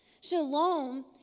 shalom